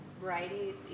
varieties